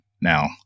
now